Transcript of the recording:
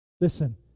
Listen